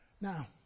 Now